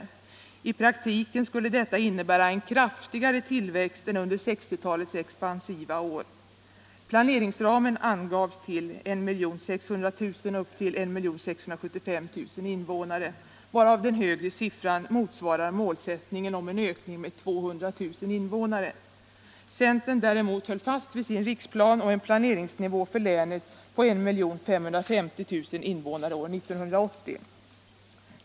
I praktiken skulle detta innebära en kraftigare tillväxt än under 1960-talets expansiva år. Planeringsramen angavs till 1 600 000-1 675 000 invånare, varav den högre siffran motsvarar målsättningen om en ökning med 200 000 invånare. Centern däremot höll fast vid sin riksplan och en planeringsnivå för länet på 1 550 000 invånare år 1980.